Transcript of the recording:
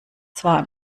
zwar